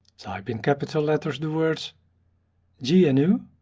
type in capitol letters the words yeah ah gnu